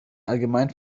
allgemein